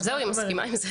היא מסכימה עם זה.